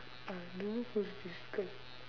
don't know who is this girl